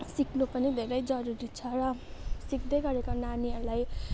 सिक्नु पनि धेरै जरुरी छ र सिक्दैगरेको नानीहरूलाई